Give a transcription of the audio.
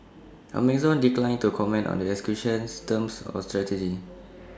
Amazon declined to comment on the acquisition's terms or strategy